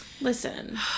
Listen